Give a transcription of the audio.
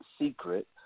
Secret